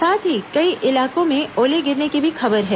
साथ ही कई इलाकों में ओले गिरने की भी खबर है